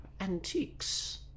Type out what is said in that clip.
antiques